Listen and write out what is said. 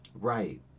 right